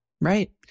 Right